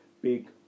big